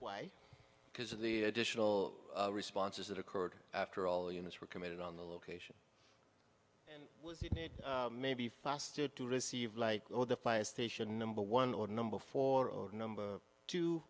why because of the additional responses that occurred after all units were committed on the location maybe fasted to receive like oh the fire station number one or number four or number t